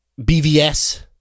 bvs